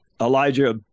Elijah